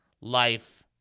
life